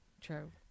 True